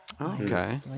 Okay